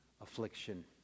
affliction